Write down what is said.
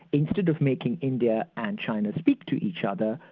instead of making india and china speak to each other,